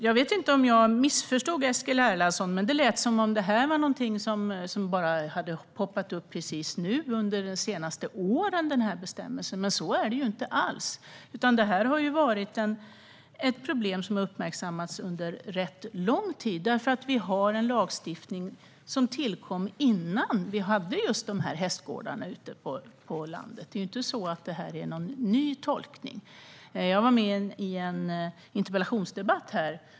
Jag vet inte om jag missförstod Eskil Erlandsson, men det lät som om denna bestämmelse hade poppat upp precis nu, under de senaste åren. Men så är det inte alls. Detta är ett problem som har uppmärksammats under en rätt lång tid, för vi har en lagstiftning som tillkom innan vi hade just de här hästgårdarna ute på landet. Det är inte någon ny tolkning. Jag var med i en interpellationsdebatt här.